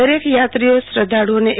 દરેક યાત્રીઓ શ્રધ્ધાળુઓને તા